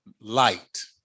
light